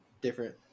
different